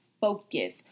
focus